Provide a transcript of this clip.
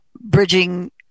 bridging